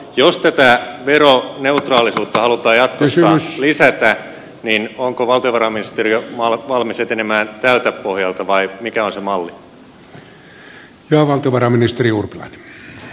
jos tätä veroneutraalisuutta halutaan jatkossa lisätä niin onko valtiovarainministeriö valmis etenemään tältä pohjalta vai mikä on se malli